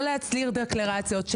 לא להצהיר דקלרציות,